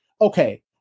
okay